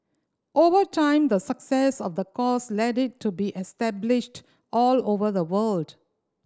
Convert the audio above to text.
over time the success of the course led it to be established all over the world